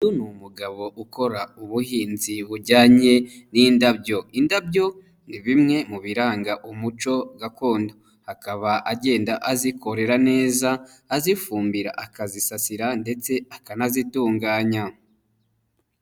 Uyu ni umugabo ukora ubuhinzi bujyanye n'indabyo. Indabyo ni bimwe mu biranga umuco gakondo, akaba agenda azikorera neza, azifumbira, akazisasira ndetse akanazitunganya.